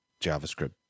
JavaScript